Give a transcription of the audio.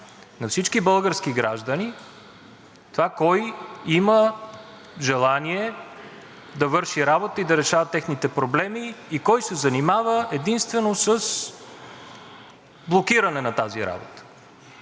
на всички български граждани това кой има желание да върши работа и да решава техните проблеми и кой се занимава единствено с блокиране на тази работа.